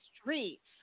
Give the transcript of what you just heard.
streets